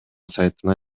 сайтына